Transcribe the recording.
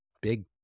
big